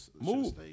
Move